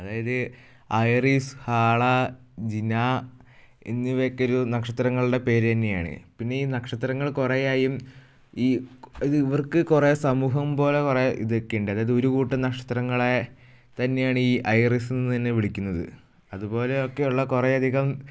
അതായത് ഐറിസ് ഹാള ജിന എന്നിവയൊക്കെ ഒരു നക്ഷത്രങ്ങളുടെ പേര് തന്നെയാണ് പിന്നെ ഈ നക്ഷത്രങ്ങൾ കുറെ ആയും ഈ ഇത് ഇവർക്ക് കുറെ സമൂഹം പോലെ കുറെ ഇതൊക്കെ ഉണ്ട് അതായതൊര് കൂട്ടം നക്ഷത്രങ്ങളേ തന്നെയാണ് ഈ ഐറിസെന്ന് തന്നെ വിളിക്കുന്നത് അതുപോലെ ഒക്കെയുള്ള കുറേയധികം